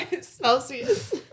Celsius